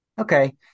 Okay